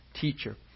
teacher